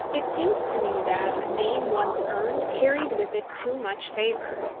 it seemed to me that a name once earned carried with it too much favour.